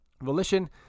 Volition